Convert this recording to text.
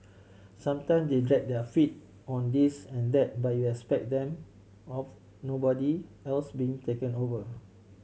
sometime they drag their feet on this and that but you expect them of nobody else being taken over